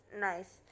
nice